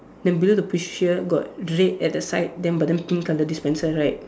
then below the push here got red at the side then but then pink colour dispenser right